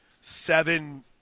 seven